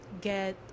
get